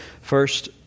first